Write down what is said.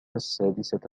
السادسة